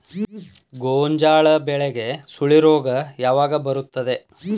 ಗೋಂಜಾಳ ಬೆಳೆಗೆ ಸುಳಿ ರೋಗ ಯಾವಾಗ ಬರುತ್ತದೆ?